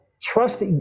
trust